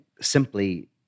simply